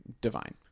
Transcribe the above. divine